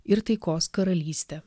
ir taikos karalystę